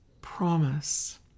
promise